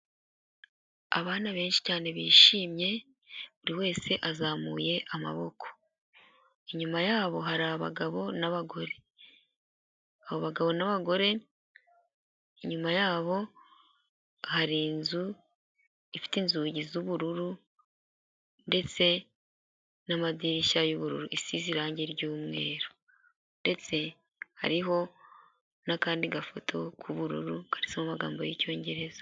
Abana benshi cyane bishimye buri wese azamuye amaboko inyuma yabo hari abagabo n'abagore abo bagabo n'abagore inyuma yabo hari inzu ifite inzugi z'ubururu ndetse n'amadirishya y'ubururu isize irangi ry'umweru ndetse hariho n'akandi gafoto k'ubururu karimo mu amagambo y'icyongereza.